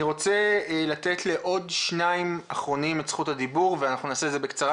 אני רוצה לתת לעוד שניים אחרונים את זכות הדיבור ונעשה את זה בקצרה,